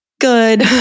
good